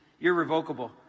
irrevocable